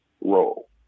role